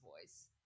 voice